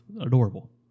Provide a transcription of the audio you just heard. Adorable